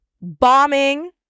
bombing